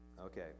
Okay